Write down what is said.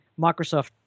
Microsoft